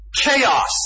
chaos